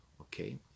Okay